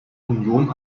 union